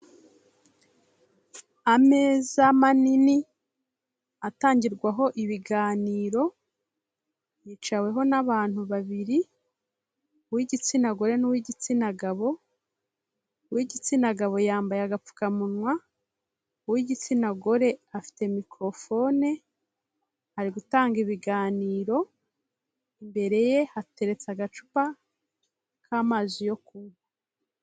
Ameza manini atangirwaho ibiganiro, yicaweho n'abantu babiri uw'igitsina gore n'uw'igitsina gabo, uw'igitsina gabo yambaye agapfukamunwa uw'igitsina gore afite microphone ari gutanga ibiganiro, imbere ye hateretse agacupa k'amazi yo kunywa.